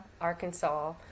Arkansas